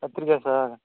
கத்திரிக்காய் சார்